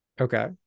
okay